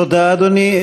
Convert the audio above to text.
תודה, אדוני.